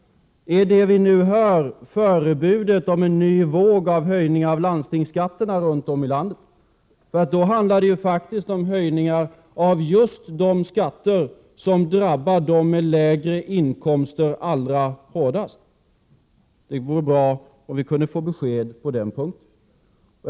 Är det vi nu hör förebudet om en ny våg av höjning av landstingsskatterna runt om i landet? Då handlar det faktiskt om höjningar av just de skatter som drabbar dem med lägre inkomster allra hårdast. Det vore bra om vi kunde få besked på den punkten.